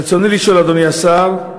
רצוני לשאול, אדוני השר: